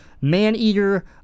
Maneater